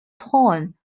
town